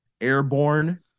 Airborne